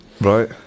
Right